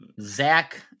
Zach